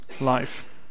life